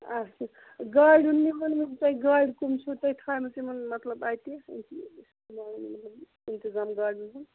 اَچھا گاڑِ ہُنٛد یہِ وَنمو بہٕ تۄہہِ گاڑِ کَم چھِو تۄہہِ تھایمَژ یِمَن مطلب اَتہِ اِستعمال مطلب اِنتِظام گاڑٮ۪ن ہُنٛد